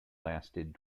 lasted